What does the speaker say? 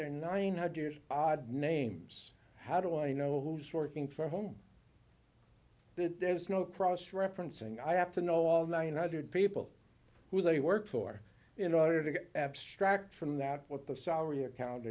there nine hundred years odd names how do i know who's working for whom there's no cross referencing i have to know all nine hundred people who they work for in order to abstract from that what the salary account